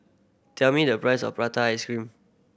tell me the price of prata ice cream